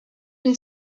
une